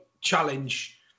challenge